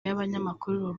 y’umunyamakuru